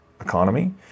economy